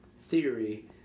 theory